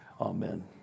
Amen